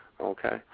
Okay